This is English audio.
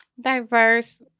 diverse